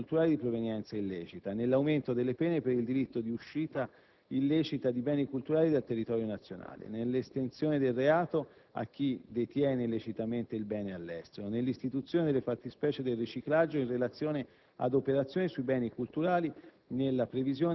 detiene beni culturali di provenienza illecita, nell'aumento delle pene per il delitto di uscita illecita di beni culturali dal territorio nazionale, nell'estensione del reato a chi detiene illecitamente il bene all'estero; nell'istituzione della fattispecie del riciclaggio in relazione ad operazioni sui beni culturali,